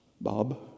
bob